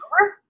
over